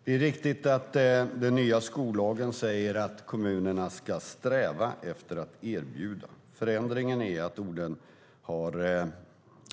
Herr talman! Det är riktigt att den nya skollagen säger att kommunerna ska sträva efter att erbjuda detta. Förändringen är att orden